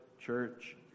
church